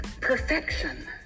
perfection